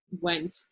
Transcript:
went